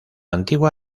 antigua